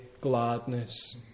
gladness